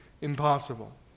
impossible